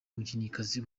umukinnyikazi